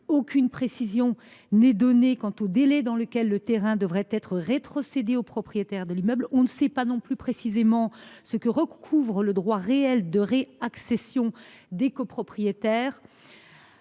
aucune précision n’est donnée quant au délai à l’échéance duquel le terrain devrait être rétrocédé aux propriétaires de l’immeuble ; on ne sait pas non plus précisément ce que recouvre le « droit réel de ré accession » des copropriétaires.